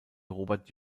robert